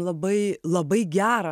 labai labai gerą